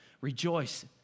Rejoice